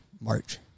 march